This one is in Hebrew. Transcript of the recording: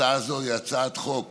הצעה זו היא הצעת חוק